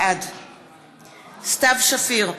בעד סתיו שפיר,